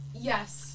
yes